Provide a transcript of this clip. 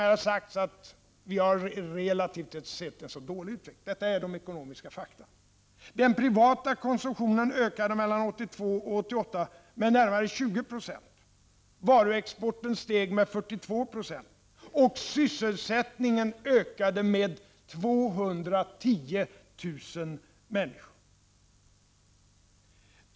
Det har sagts att vi har en relativt sett dålig utveckling, men detta är ekonomiska fakta: Den privata konsumtionen ökade mellan 1982 och 1988 med närmare 20 96, varuexporten steg med 42 96, och sysselsättningen ökade med 210 000 personer.